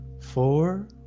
four